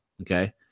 okay